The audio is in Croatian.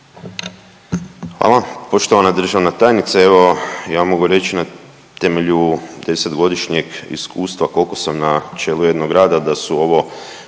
Hvala. Poštovana državna tajnice evo ja mogu reći na temelju deset godišnjeg iskustva koliko sam na čelu jednog rada da su ovo